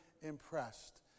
impressed